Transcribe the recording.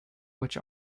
which